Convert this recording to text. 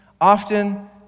often